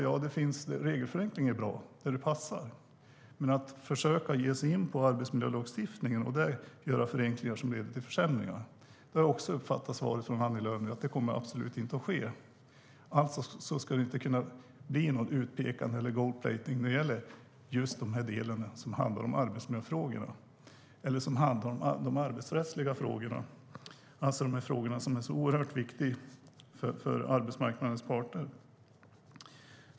Ja, regelförenkling är bra där det passar. Men här handlade det om att försöka ge sig in på arbetsmiljölagstiftningen och där göra förenklingar som leder till försämringar. Jag har uppfattat svaret från Annie Lööf nu som att det absolut inte kommer att ske. Det ska inte kunna bli något utpekande eller någon gold-plating när det gäller just den del som handlar om arbetsmiljöfrågorna eller de arbetsrättsliga frågorna - det är de frågor som är oerhört viktiga för arbetsmarknadens parter.